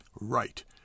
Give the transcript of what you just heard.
Right